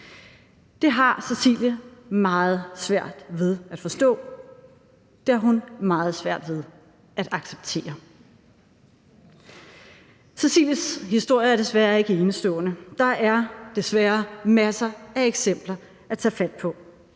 Det har Cecilie meget svært ved at forstå; det har hun meget svært ved at acceptere. Cecilies historie er desværre ikke enestående. Der er desværre masser af eksempler at tage fat i.